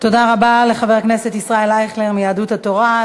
תודה רבה לחבר הכנסת ישראל אייכלר מיהדות התורה.